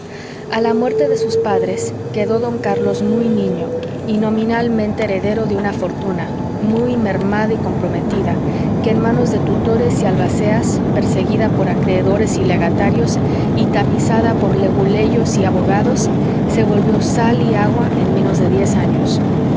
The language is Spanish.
a la muerte de sus padres quedó don carlos muy niño y nominalmente heredero de una fortuna muy mermada y comprometida que en manos de tutores y albaceas perseguida por acreedores y legatarios y tamizada por leguleyos y abogados se volvió sal y agua en menos de diez años